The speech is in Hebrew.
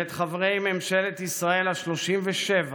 ואת חברי ממשלת ישראל השלושים-ושבע,